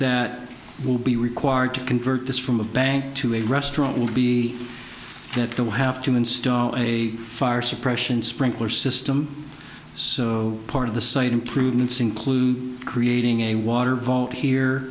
that will be required to convert this from a bank to a restaurant will be that they will have to install a fire suppression sprinkler system so part of the site improvements include creating a water vault here